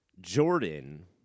Jordan